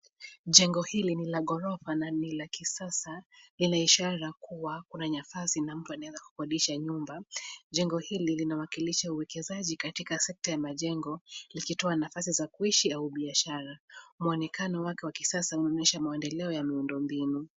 Jengo hili ni la ghorofa na ni la kisasa. Lina ishara kuwa kuna nafasi na mtu anaweza kukodisha nyumba. Jengo hili linawakilisha uekezaji katika sekta ya majengo ikitoa nafasi za kuishi au biashara. Mwonekano wake wa kisasa unaonyesha maendeleo ya miundombinu.